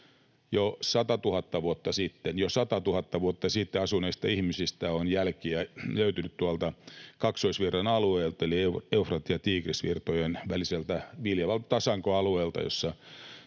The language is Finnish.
jo 100 000 vuotta sitten — asuneista ihmisistä on jälkiä löytynyt tuolta Kaksoisvirran alueelta eli Eufrat- ja Tigrisvirtojen väliseltä viljavalta tasankoalueelta,